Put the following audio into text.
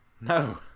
No